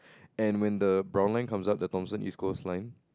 and when the brown line comes up the Thomson East Coast line